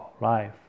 life